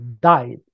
died